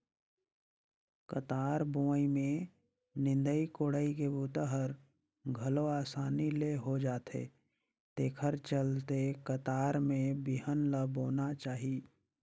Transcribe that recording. कतार बोवई में निंदई कोड़ई के बूता हर घलो असानी ले हो जाथे तेखर चलते कतार में बिहन ल बोना चाही